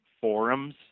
forums